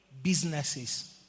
businesses